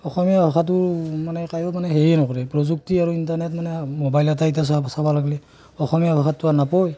অসমীয়া ভাষাটোৰ মানে কায়ো মানে হেৰিয়ে নকৰে প্ৰযুক্তি আৰু ইণ্টাৰনেট মানে মোবাইলতে এতিয়া চা চাব লাগিলে অসমীয়া ভাষাটো আৰু নাপায়